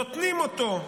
נותנים אותו,